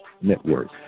Network